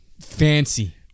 fancy